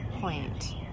point